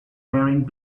wearing